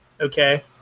Okay